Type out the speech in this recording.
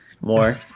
More